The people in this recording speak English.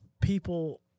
People